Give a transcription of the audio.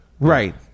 Right